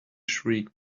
shriek